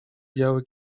biały